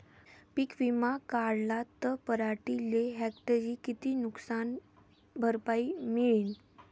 पीक विमा काढला त पराटीले हेक्टरी किती नुकसान भरपाई मिळीनं?